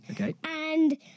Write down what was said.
Okay